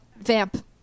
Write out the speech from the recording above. vamp